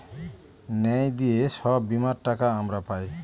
ন্যায় দিয়ে সব বীমার টাকা আমরা পায়